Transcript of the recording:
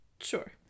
sure